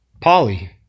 Polly